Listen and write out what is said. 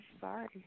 Sorry